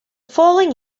following